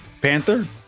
Panther